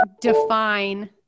define